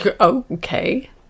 okay